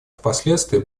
впоследствии